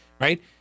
right